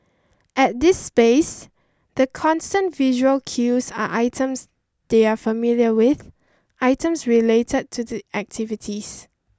at this space the constant visual cues are items they are familiar with items related to the activities